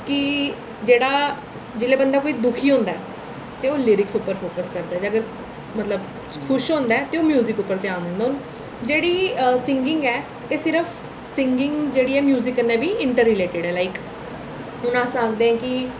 कि जेह्ड़ा जेल्लै बंदा कोई दुखी होंदा ऐ ते ओह् लिरिक्स उप्पर फोकस करदा ऐ ते अगर मतलब खुश होंदा ऐ ते ओह् म्युजिक उप्पर ध्यान दिंदा ऐ ते हून जेह्ड़ी सींगिंग ऐ एह् सिर्फ सींगिग जेह्ड़ी ऐ म्युजिक कन्नै बी इंटर रिलेटड़ ऐ लायक हून अस आखदे आं कि